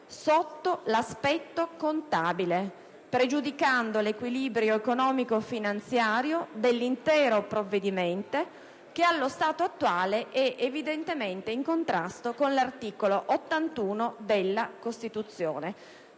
sotto l'aspetto contabile, pregiudicando l'equilibrio economico-finanziario dell'intero provvedimento, che allo stato attuale è evidentemente in contrasto con l'articolo 81 della Costituzione».